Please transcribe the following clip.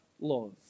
laws